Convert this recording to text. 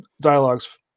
dialogue's